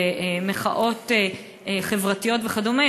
במחאות חברתיות וכדומה,